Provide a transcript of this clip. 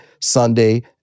Sunday